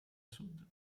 sud